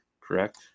correct